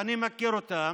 ואני מכיר אותם,